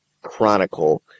chronicle